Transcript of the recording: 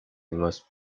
must